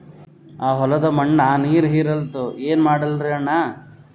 ಆ ಹೊಲದ ಮಣ್ಣ ನೀರ್ ಹೀರಲ್ತು, ಏನ ಮಾಡಲಿರಿ ಅಣ್ಣಾ?